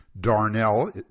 Darnell